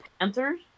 Panthers